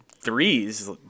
threes